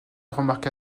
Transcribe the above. remarqua